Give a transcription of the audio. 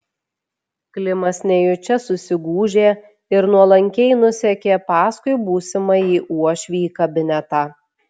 klimas nejučia susigūžė ir nuolankiai nusekė paskui būsimąjį uošvį į kabinetą